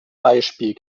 beispiel